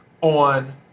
on